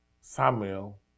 Samuel